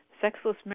sexless